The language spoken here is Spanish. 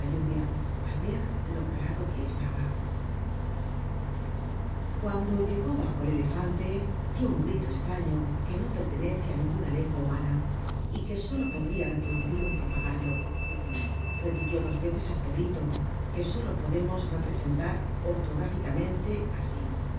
lluvia al ver lo calado que estaba cuando llegó bajo el elefante dió un grito estraño que no pertenece á ninguna lengua humana y que solo podria reproducir un papagayo repitió dos veces este grito que solo podemos representar ortográficamente asi